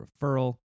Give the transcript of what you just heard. referral